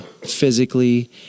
physically